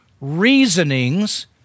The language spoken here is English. reasonings